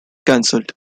cancelled